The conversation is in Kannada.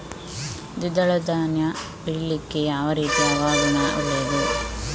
ದ್ವಿದಳ ಧಾನ್ಯ ಬೆಳೀಲಿಕ್ಕೆ ಯಾವ ರೀತಿಯ ಹವಾಗುಣ ಒಳ್ಳೆದು?